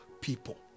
people